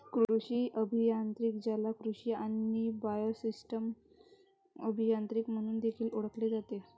कृषी अभियांत्रिकी, ज्याला कृषी आणि बायोसिस्टम अभियांत्रिकी म्हणून देखील ओळखले जाते